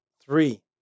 Three